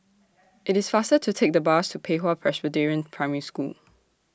IT IS faster to Take The Bus to Pei Hwa Presbyterian Primary School